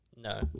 No